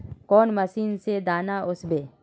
कौन मशीन से दाना ओसबे?